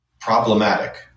problematic